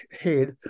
head